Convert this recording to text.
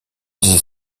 disait